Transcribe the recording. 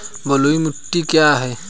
बलुई मिट्टी क्या है?